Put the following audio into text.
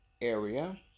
area